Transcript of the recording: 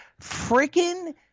freaking